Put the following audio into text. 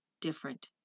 different